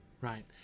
right